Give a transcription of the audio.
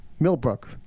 Millbrook